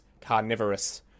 carnivorous